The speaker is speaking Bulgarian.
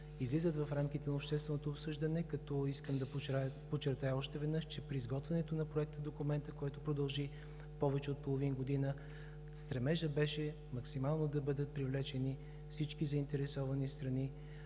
излизат в рамките на общественото обсъждане, като искам да подчертая още веднъж, че при изготвянето на Проектодокумента, което продължи повече от половин година, стремежът беше максимално да бъдат привлечени всички заинтересовани страни,